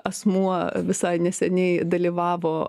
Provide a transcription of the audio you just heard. asmuo visai neseniai dalyvavo